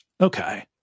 Okay